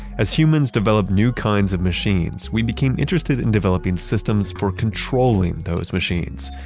as humans develop new kinds of machines, we became interested in developing systems for controlling those machines.